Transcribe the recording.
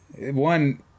One